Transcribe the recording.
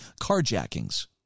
carjackings